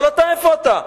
אבל אתה, איפה אתה?